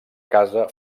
casa